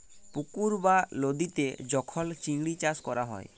পুকুর বা লদীতে যখল চিংড়ি চাষ ক্যরা হ্যয়